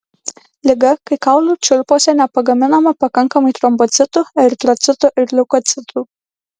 liga kai kaulų čiulpuose nepagaminama pakankamai trombocitų eritrocitų ir leukocitų